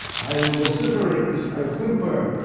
i'll vociferate, i'll whimper,